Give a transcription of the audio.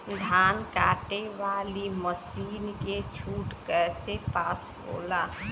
धान कांटेवाली मासिन के छूट कईसे पास होला?